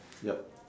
yup